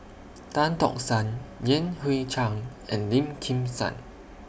Tan Tock San Yan Hui Chang and Lim Kim San